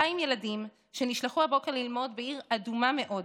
2,000 ילדים שנשלחו הבוקר ללמוד בעיר אדומה מאודם,